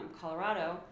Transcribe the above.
Colorado